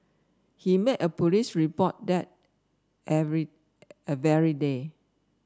he made a police report that every a very day